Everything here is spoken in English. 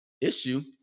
issue